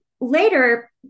later